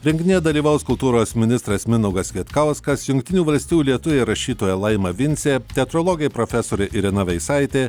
renginyje dalyvaus kultūros ministras mindaugas kvietkauskas jungtinių valstijų lietuvė rašytoja laima vincė teatrologė profesorė irena veisaitė